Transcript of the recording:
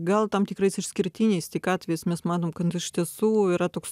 gal tam tikrais išskirtiniais tik atvejis mes matom kad iš tiesų yra toks